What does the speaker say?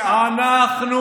אתה אוטונומיה זרה בארץ ישראל.